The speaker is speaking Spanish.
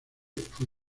fue